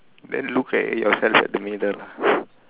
then look at yourself at the mirror lah